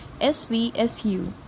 SVSU